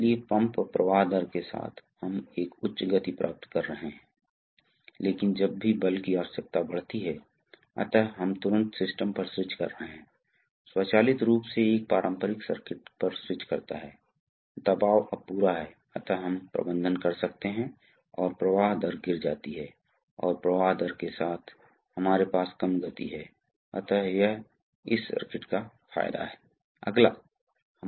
यदि त्रिभुज खोखला है तो यह एक वायवीय क्षेत्र है वायवीय रूप से संचालित वाल्व है कभी कभी ये बहुत ही विशिष्ट स्थिति होते हैं कभी कभी हमारे पास हो सकता है इसका मतलब यह हो सकता है कि एक स्प्रिंग है आपको केवल इसे खींचने की जरूरत है इस दिशा में फिर वापसी स्प्रिंग से होती है